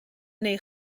neu